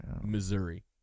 Missouri